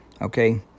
Okay